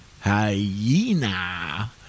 hyena